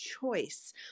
choice